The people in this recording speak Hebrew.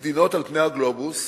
מדינות על פני הגלובוס